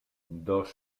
dos